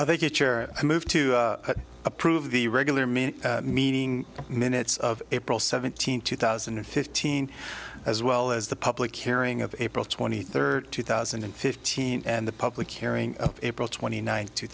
when they get your move to approve the regular me meeting minutes of april seventeenth two thousand and fifteen as well as the public hearing of april twenty third two thousand and fifteen and the public hearing april twenty ninth two